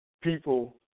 people